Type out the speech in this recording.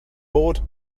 board